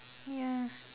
ya